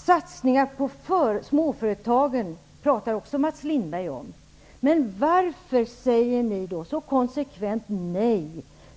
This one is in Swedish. Mats Lindberg talade också om satsningar på småföretagen. Men varför säger ni då så konsekvent nej